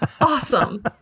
awesome